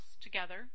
together